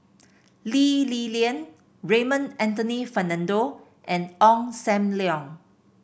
Lee Li Lian Raymond Anthony Fernando and Ong Sam Leong